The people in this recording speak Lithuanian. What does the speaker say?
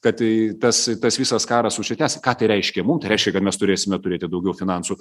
kad į tas tas visas karas užsitęs ką tai reiškia mum reiškia kad mes turėsime turėti daugiau finansų